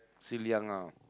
still young ah